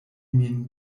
min